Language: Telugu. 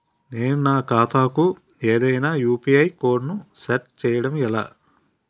నేను నా ఖాతా కు ఏదైనా యు.పి.ఐ కోడ్ ను సెట్ చేయడం ఎలా?